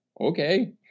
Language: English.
Okay